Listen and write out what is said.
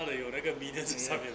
他的有那个 minion 就上面